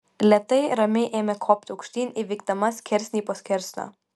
lėtai ramiai ėmė kopti aukštyn įveikdama skersinį po skersinio